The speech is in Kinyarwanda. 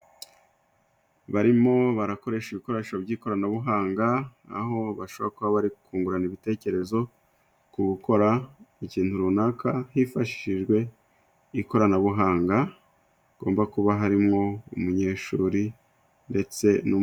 Barimo barakoresha ibikoresho by'ikoranabuhanga, aho bashobora kuba bari kungurana ibitekerezo ku gukora ikintu runaka hifashishijwe ikoranabuhanga. Hagomba kuba harimwo umunyeshuri ndetse n'u...